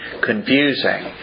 confusing